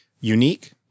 unique